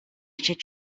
should